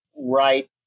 right